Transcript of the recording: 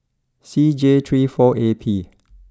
C J three four A P